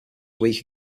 week